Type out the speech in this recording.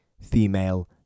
female